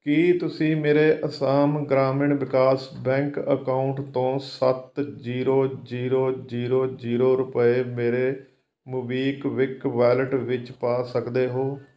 ਕੀ ਤੁਸੀਂ ਮੇਰੇ Assam Gramin Vikas bank account ਤੋਂ ਸੱਤ ਜੀਰੋ ਜੀਰੋ ਜੀਰੋ ਜੀਰੋ ਰੁਪਏ ਮੇਰੇ ਮੋਬੀਕ ਵਿਕ ਵਾਲਿਟ ਵਿੱਚ ਪਾ ਸਕਦੇ ਹੋ